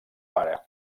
pare